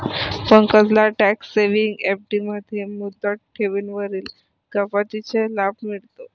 पंकजला tax saving FD मध्ये मुदत ठेवींवरील कपातीचा लाभ मिळतो